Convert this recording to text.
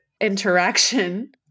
interaction